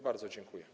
Bardzo dziękuję.